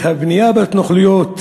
את הבנייה בהתנחלויות,